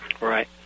right